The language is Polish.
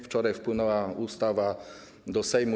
Wczoraj wpłynęła ustawa do Sejmu.